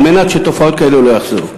על מנת שתופעות כאלה לא יחזרו.